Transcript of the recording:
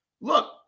Look